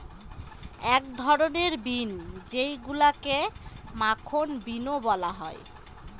এক ধরনের বিন যেইগুলাকে মাখন বিনও বলা হয়